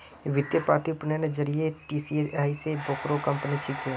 वित्तीय प्रतिरूपनेर जरिए टीसीएस आईज बोरो कंपनी छिके